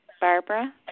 Barbara